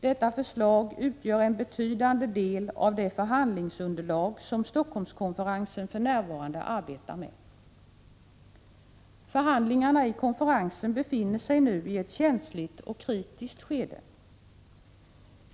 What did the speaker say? Detta förslag utgör en betydande del av det förhandlingsunderlag som Helsingforsskonferensen för närvarande arbetar med. Förhandlingarna i konferensen befinner sig nu i ett känsligt och kritiskt skede.